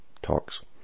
talks